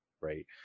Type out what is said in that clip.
right